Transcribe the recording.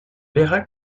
perak